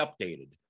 updated